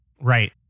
Right